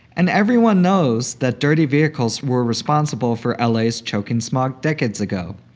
and everyone knows that dirty vehicles were responsible for ah la's choking smog decades ago.